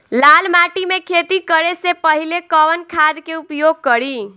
लाल माटी में खेती करे से पहिले कवन खाद के उपयोग करीं?